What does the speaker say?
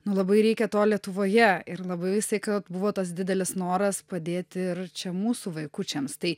nu labai reikia to lietuvoje ir labai visą laiką buvo tas didelis noras padėti ir čia mūsų vaikučiams tai